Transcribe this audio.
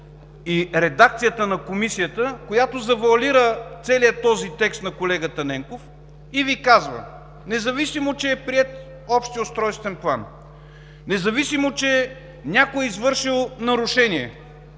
и редакцията на Комисията, която завоалира целия този текст на колегата Ненков и Ви казва: Независимо че е приет Общият устройствен план, независимо че някой е извършил нарушение